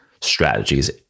strategies